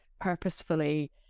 purposefully